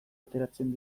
ateratzen